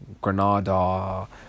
Granada